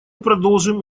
продолжим